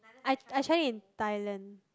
I I tried it in Thailand